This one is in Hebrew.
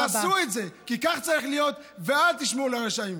תעשו את זה, כי כך צריך להיות, ואל תשמעו לרשעים.